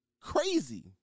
Crazy